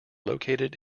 located